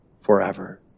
forever